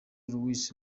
louis